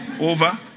over